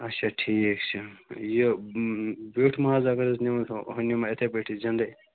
اَچھا ٹھیٖک چھُ یہ ویوٚٹھ ماز اَگر أسۍ نِمو ہُہ نِمو یِتھٕے پٲٹھی زِنٛدے